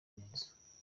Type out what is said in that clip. neza